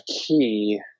key